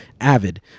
AVID